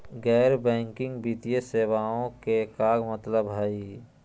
गैर बैंकिंग वित्तीय सेवाएं के का मतलब होई हे?